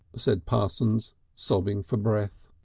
said parsons, sobbing for breath.